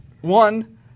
One